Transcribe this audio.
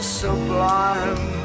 sublime